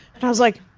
and i was like,